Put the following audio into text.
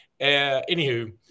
anywho